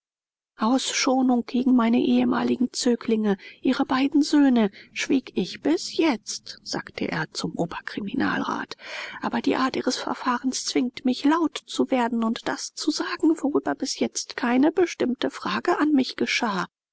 aus schonung gegen meine ehemaligen zöglinge ihre beiden söhne schwieg ich bis jetzt sagte er zum oberkriminalrat aber die art ihres verfahrens zwingt mich laut zu werden und das zu sagen worüber bis jetzt keine bestimmte frage an mich geschah